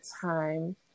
time